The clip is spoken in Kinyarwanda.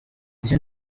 icyo